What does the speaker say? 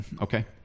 okay